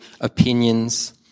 opinions